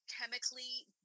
chemically